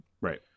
Right